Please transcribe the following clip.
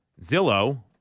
Zillow